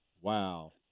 Wow